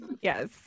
Yes